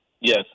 Yes